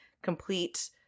complete